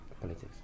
politics